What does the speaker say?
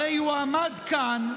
הרי הוא עמד כאן,